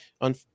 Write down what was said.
on